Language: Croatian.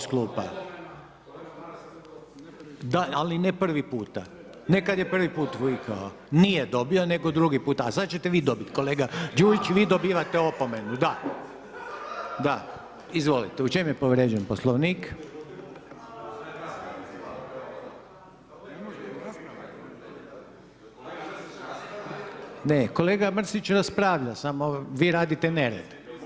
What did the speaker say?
Da ali ne prvi puta, ne kada je prvi puta vikao, nije dobio, nego drugi puta, a sada ćete vi dobiti kolega Đujić, vi dobivate opomenu, da da, izvolite u čemu je povrijeđen Poslovnik. … [[Upadica se ne čuje.]] Kolega Mrsić raspravlja samo vi radite nered.